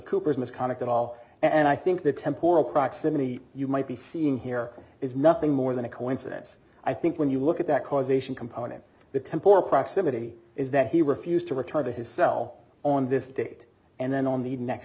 cooper's misconduct at all and i think the temporal proximity you might be seeing here is nothing more than a coincidence i think when you look at that causation component the tempore proximity is that he refused to return to his cell on this date and then on the next